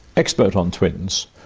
experts on twins,